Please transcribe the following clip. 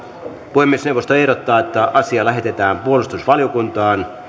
puhemiesneuvosto ehdottaa että asia lähetetään puolustusvaliokuntaan